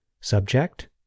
Subject